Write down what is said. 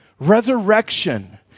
Resurrection